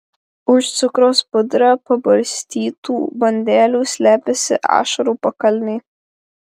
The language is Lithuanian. už cukraus pudra pabarstytų bandelių slepiasi ašarų pakalnė